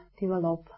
develop